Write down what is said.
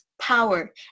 power